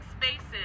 spaces